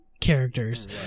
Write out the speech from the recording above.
Characters